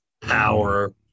power